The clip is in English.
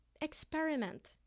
experiment